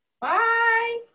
Bye